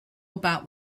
about